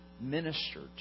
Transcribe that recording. ministered